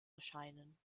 erscheinen